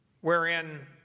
wherein